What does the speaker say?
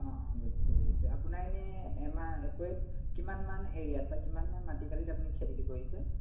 অঁ অঁ বুজিছোঁ বুজিছোঁ আপোনাৰ এনেই এমা একোৰেট কিমানমান এৰিয়াত বা কিমানমান মাটিকালিত আপুনি খেতিটো কৰিছে